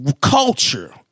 culture